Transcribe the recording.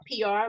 PR